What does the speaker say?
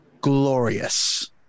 glorious